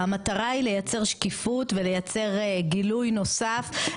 המטרה היא לייצר שקיפות ולייצר גילוי נוסף,